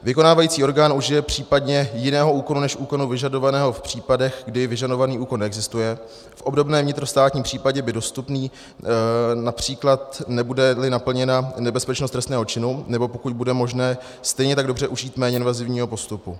Vykonávající orgán užije případně jiného úkonu než úkonu vyžadovaného v případech, kdy vyžadovaný úkon existuje, v obdobném vnitrostátním případě by dostupný (?), například nebudeli naplněna nebezpečnost trestného činu, nebo pokud bude možné stejně tak dobře užít méně invazivního postupu.